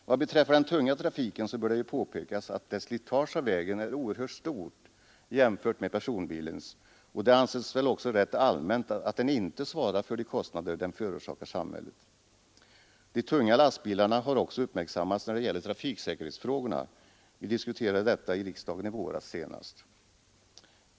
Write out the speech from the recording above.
Vad beträffar den tunga trafiken bör påpekas att dess slitage av vägen är oerhört stort jämfört med personbilens, och det anses väl också rätt allmänt, att den inte svarar för de kostnader den förorsakar samhället. De tunga lastbilarna har ju också uppmärksammats när det gäller trafiksäkerhetsfrågorna — vi diskuterade detta senast i våras i riksdagen.